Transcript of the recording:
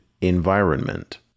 environment